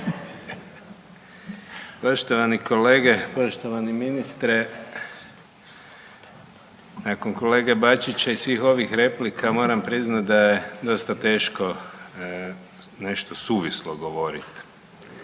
Poštovani kolege, poštovani ministre nakon kolege Bačića i svih ovih replika moram priznati da je dosta teško nešto suvislo govorit.